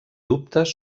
dubtes